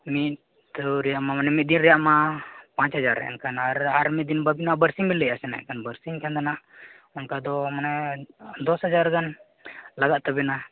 ᱢᱤᱫ ᱨᱮᱭᱟᱜ ᱢᱟ ᱢᱟᱱᱮ ᱢᱤᱫ ᱫᱤᱱ ᱨᱮᱭᱟᱜ ᱢᱟ ᱯᱟᱸᱪ ᱦᱟᱡᱟᱨ ᱮᱱᱠᱷᱟᱱ ᱟᱨ ᱟᱨ ᱢᱤᱫ ᱫᱤᱱ ᱟᱹᱵᱤᱱᱢᱟ ᱵᱟᱨᱥᱤᱧᱵᱮᱱ ᱞᱟᱹᱭᱮᱫᱠᱟᱱ ᱵᱟᱨᱥᱤᱧ ᱠᱷᱟᱱᱫᱚ ᱱᱟᱦᱟᱜ ᱚᱱᱠᱟᱫᱚ ᱢᱟᱱᱮ ᱫᱚᱥ ᱦᱟᱡᱟᱨ ᱜᱟᱱ ᱞᱟᱜᱟ ᱛᱟᱵᱮᱱᱟ